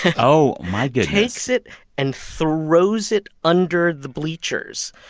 oh, my goodness. takes it and throws it under the bleachers.